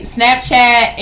Snapchat